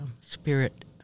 spirit